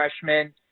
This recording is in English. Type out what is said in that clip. freshman